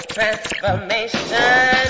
Transformation